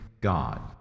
God